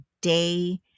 day